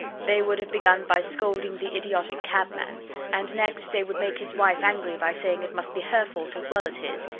they would have begun by scolding the idiotic cabman and next they would make his wife angry by saying it must be her fault as well as his,